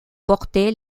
portait